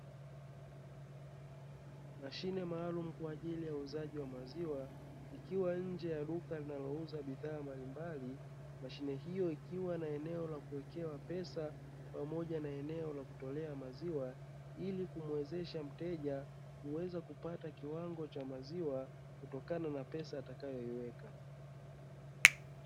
Mashine maalumu kwa ajili ya uuzaji wa maziwa ikiwa nje ya duka linalouza bidhaa mbalimbali, mashine hiyo ikiwa na eneo la kuwekewa pesa pamoja na eneo la kutolea maziwa ili kumwezesha mteja kuweza kupata kiwango cha maziwa kutokana na pesa atakayoiweka.